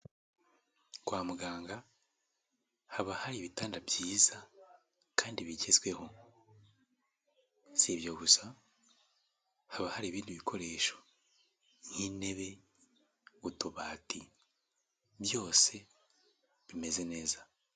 Kwa muganga haba hari ibitanda byiza kandi bigezweho, si ibyo gusa haba hari ibindi bikoresho nk'intebe, utubati, byose bimeze neza.